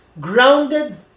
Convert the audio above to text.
grounded